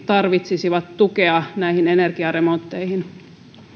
tarvitsisivat tukea energiaremontteihin